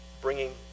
bringing